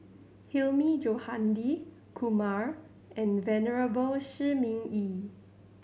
Hilmi Johandi Kumar and Venerable Shi Ming Yi